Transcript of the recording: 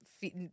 feet